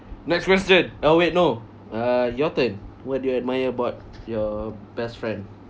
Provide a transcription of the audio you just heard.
next question oh wait no uh your turn what do you admire about your best friend